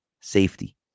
safety